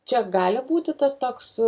čia gali būti tas toks